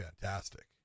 fantastic